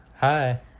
hi